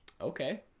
Okay